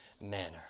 manner